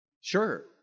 Sure